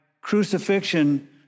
crucifixion